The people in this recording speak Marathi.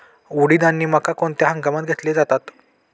उडीद आणि मका कोणत्या हंगामात घेतले जातात?